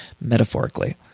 metaphorically